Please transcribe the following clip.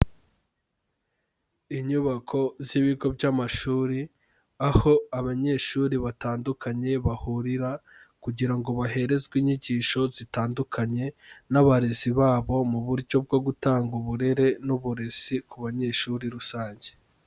Inyubako z'ibigo by'amashuri, aho abanyeshuri batandukanye bahurira, kugira baherezwe inyigisho zitandukanye n'abarezi babo mu buryo bwo gutanga uburere n'uburezi ku banyeshuri rusange.